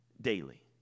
daily